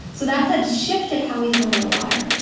so that's had shifted how we fund our water.